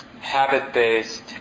habit-based